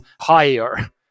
higher